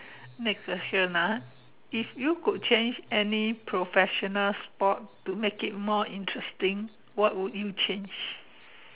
next question ah if you could change any professional sport to make it more interesting what would you change